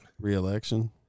re-election